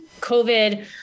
COVID